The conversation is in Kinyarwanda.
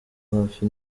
hafi